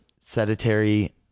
sedentary